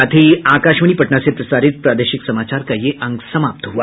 इसके साथ ही आकाशवाणी पटना से प्रसारित प्रादेशिक समाचार का ये अंक समाप्त हुआ